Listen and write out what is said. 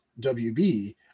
WB